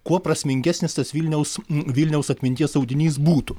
kuo prasmingesnis tas vilniaus vilniaus atminties audinys būtų